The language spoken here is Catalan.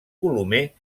colomer